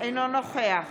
אינו נוכח